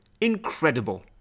Incredible